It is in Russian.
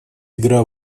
игра